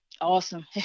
Awesome